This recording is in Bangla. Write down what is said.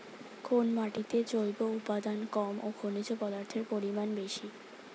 কোন মাটিতে জৈব উপাদান কম ও খনিজ পদার্থের পরিমাণ বেশি?